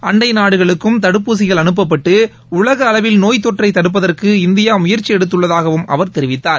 அண்டை நாடுகளுக்கும் தடுப்பூசிகள் அனுப்பப்பட்டு உலக அளவில் நோய் தொற்றை தடுப்பதற்கு இந்தியா முயந்சி எடுத்துள்ளதாகவும் அவர் தெரிவித்தார்